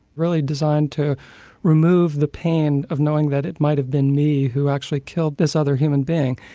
really designed to remove the pain of knowing that it might have been me who actually killed this other human being.